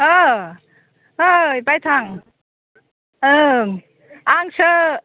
ओइ बायथां ओं आंसो